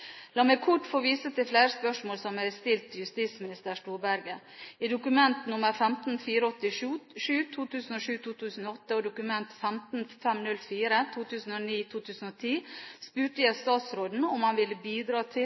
La meg kort få vise til flere spørsmål jeg har stilt justisminister Knut Storberget: I Dokument nr. 15:487 for 2007–2008 og i Dokument nr. 15:504 for 2009–2010 spurte jeg statsråden om han ville bidra til